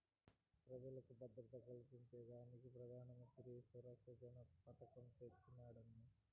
పెజలకు భద్రత కల్పించేదానికే పెదానమంత్రి ఈ సురక్ష జన పెదకం తెచ్చినాడమ్మీ